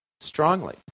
strongly